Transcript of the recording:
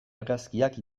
argazkiak